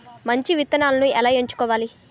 మంచి విత్తనాలను ఎలా ఎంచుకోవాలి?